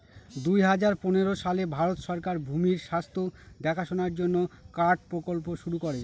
দুই হাজার পনেরো সালে ভারত সরকার ভূমির স্বাস্থ্য দেখাশোনার জন্য কার্ড প্রকল্প শুরু করে